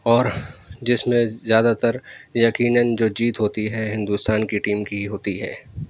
اور جس میں زیادہ تر یقیناً جو جیت ہوتی ہے ہندوستان کی ٹیم کی ہی ہوتی ہے